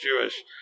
Jewish